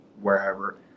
wherever –